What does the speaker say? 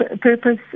purpose